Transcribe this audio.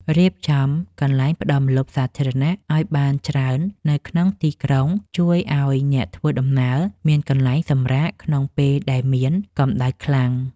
រៀបចំកន្លែងផ្ដល់ម្លប់សាធារណៈឱ្យបានច្រើននៅក្នុងទីក្រុងជួយឱ្យអ្នកធ្វើដំណើរមានកន្លែងសម្រាកក្នុងពេលដែលមានកម្ដៅខ្លាំង។